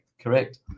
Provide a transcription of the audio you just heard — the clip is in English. Correct